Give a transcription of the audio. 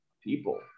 people